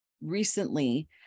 recently